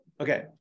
Okay